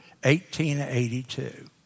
1882